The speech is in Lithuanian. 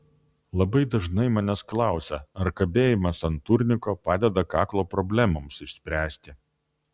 labai dažnai manęs klausia ar kabėjimas ant turniko padeda kaklo problemoms išspręsti